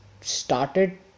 started